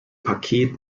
paket